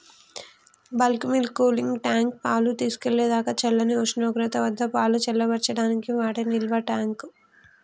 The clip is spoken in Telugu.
బల్క్ మిల్క్ కూలింగ్ ట్యాంక్, పాలు తీసుకెళ్ళేదాకా చల్లని ఉష్ణోగ్రత వద్దపాలు చల్లబర్చడానికి వాడే నిల్వట్యాంక్